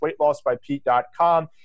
weightlossbypete.com